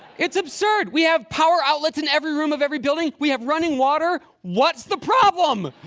it's absurd. we have power outlets in every room of every building. we have running water. what's the problem?